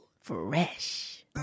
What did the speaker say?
Fresh